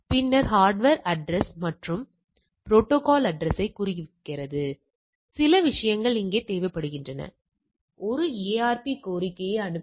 எனவே வெவ்வேறு கட்டின்மை கூறுகளுக்கு இங்கே 2 நெடுவரிசைகள் இருக்கும்